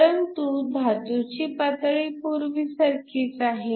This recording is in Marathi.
परंतु धातूची पातळी पूर्वीचीच आहे